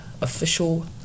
official